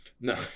No